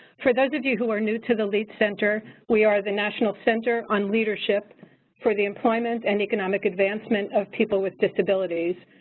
for those of you who are new to the lead center, we are the national center on leadership for the employment and economic advancement of people with disabilities.